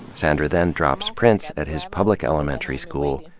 sandra then drops prince at his public elementary school,